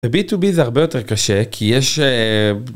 בי-טו-בי זה הרבה יותר קשה, כי יש...